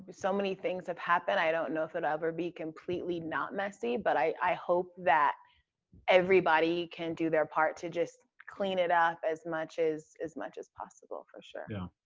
but so many things have happened. i don't know if it would ever be completely not messy, but i hope that everybody can do their part to just clean it up as much as, as much as possible. for sure. yeah.